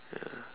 ya